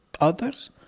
others